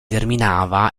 terminava